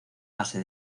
base